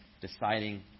deciding